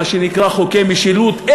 מה שנקרא חוקי משילות,